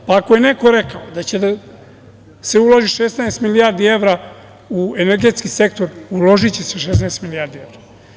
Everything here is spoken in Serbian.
Ako je neko rekao da će da se uloži 16 milijardi evra u energetski sektor, uložiće se 16 milijardi evra.